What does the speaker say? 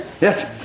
Yes